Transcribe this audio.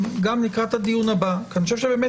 לקראת הדיון הבא אני חושב שיש פה באמת